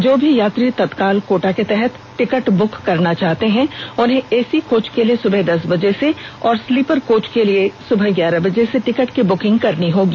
जो भी यात्री तत्काल कोटा के तहत टिकट ब्रक करना चाहते है उन्हें एसी कोच के लिए सुबह दस बजे से और स्लीपर कोच के लिए सुबह ग्यारह बजे से टिकट की ब्रेकिंग करनी होगी